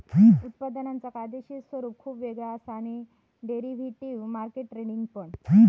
उत्पादनांचा कायदेशीर स्वरूप खुप वेगळा असा आणि डेरिव्हेटिव्ह मार्केट ट्रेडिंग पण